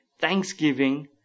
thanksgiving